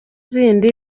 zindi